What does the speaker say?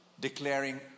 declaring